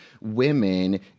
women